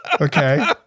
Okay